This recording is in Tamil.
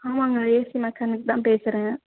ஆமாங்க ஏசி மெக்கானிக் தான் பேசுகிறேன்